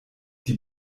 die